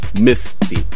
Misty